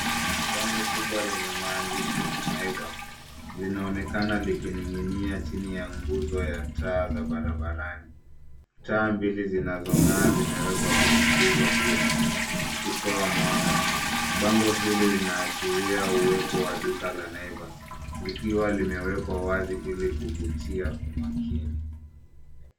Bango kubwa lenye maandishi NAIVAS linaonekana likining'inia chini ya gunzo ya taa za barabarani. Taa mbili zinazong'aa zimewekwa kwenye nguzo hiyo zikitoa mwanga. Bango hili linaashiria uwepo wa duka la NAIVAS likiwa limewekwa wazi ili kuvutia umakini.